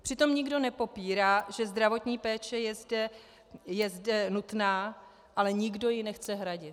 Přitom nikdo nepopírá, že zdravotní péče je zde nutná, ale nikdo ji nechce hradit.